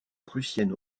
prussienne